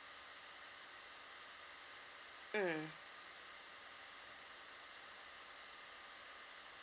mm